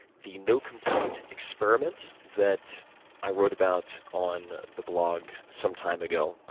the no complaint experiment that i wrote about on the blog some time ago,